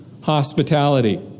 hospitality